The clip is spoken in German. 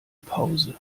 pause